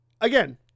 Again